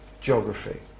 geography